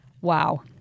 Wow